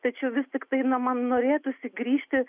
tačiau vis tiktai na man norėtųsi grįžti